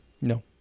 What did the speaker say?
No